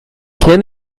can